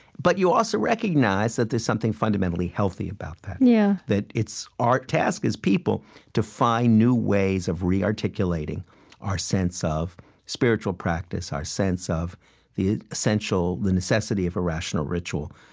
but you also recognize that there's something fundamentally healthy about that, yeah that it's our task as people to find new ways of rearticulating our sense of spiritual practice, our sense of the essential, the necessity of irrational ritual,